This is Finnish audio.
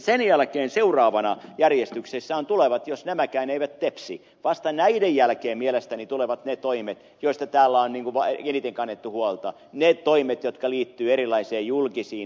sen jälkeen seuraavana järjestyksessä tulevat jos nämäkään eivät tepsi vasta näiden jälkeen mielestäni tulevat ne toimet joista täällä on eniten kannettu huolta ne toimet jotka liittyvät erilaisiin julkisiin investointeihin